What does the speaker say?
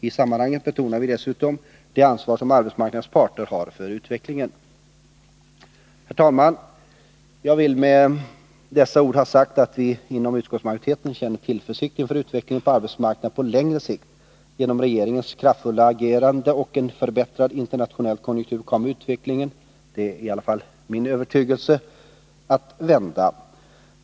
I sammanhanget betonar vi dessutom det ansvar för utvecklingen som arbetsmarknadens parter har. Herr talman! Jag vill med dessa ord ha sagt att utskottsmajoriteten känner tillförsikt inför utvecklingen på arbetsmarknaden på längre sikt. På grund av regeringens kraftfulla agerande och en förbättring av den internationella konjunkturen kommer utvecklingen, det är i varje fall min övertygelse, att vända.